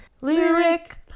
Lyric